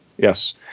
Yes